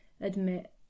admit